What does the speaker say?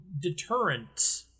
deterrent